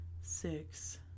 six